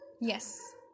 yes